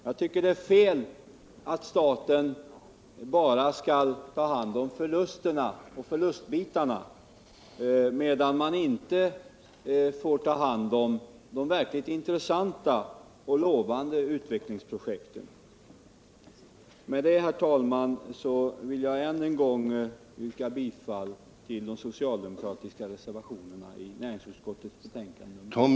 Jag tycker det är fel att staten bara skall ta hand om förlustbitarna, medan den inte får arbeta med de verkligt intressanta och lovande utvecklingsprojekten. Med det anförda vill jag, herr talman, än en gång yrka bifall till de socialdemokratiska reservationerna vid näringsutskottets betänkande nr 31.